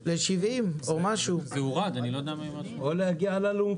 אבל אני שואל למה אתה לא מפקח על העמלה בעולם של מונופול,